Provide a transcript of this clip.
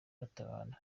batabara